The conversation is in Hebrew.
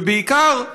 ובעיקר,